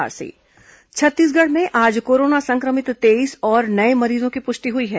corona मरीज छत्तीसगढ़ में आज कोरोना संक्रमित तेईस और नए मरीजों की पुष्टि हुई है